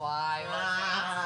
ואם הם מזלזלים בוועדה אז נראה,